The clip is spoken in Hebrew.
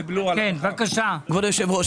כבוד היושב-ראש,